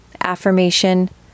affirmation